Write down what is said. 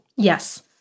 Yes